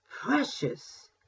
precious